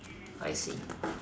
I see